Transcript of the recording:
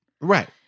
Right